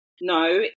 no